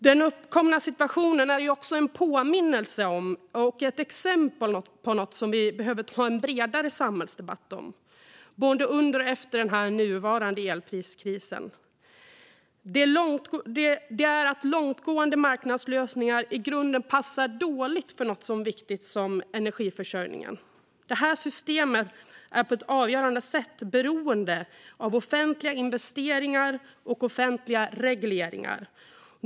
Den uppkomna situationen är också en påminnelse om och ett exempel på något som vi behöver ha en bredare samhällsdebatt om, både under och efter den nuvarande elpriskrisen, nämligen att långtgående marknadslösningar i grunden passar dåligt för något så viktigt som energiförsörjning. Detta system är på ett avgörande sätt beroende av offentliga investeringar och offentliga regleringar.